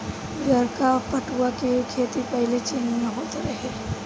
उजारका पटुआ के खेती पाहिले चीन में होत रहे